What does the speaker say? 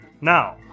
Now